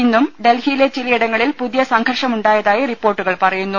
ഇന്നും ഡൽഹിയിലെ ചിലയിടങ്ങളിൽ പുതിയ സംഘർഷ മുണ്ടായതായി റിപ്പോർട്ടുകൾ പറയുന്നു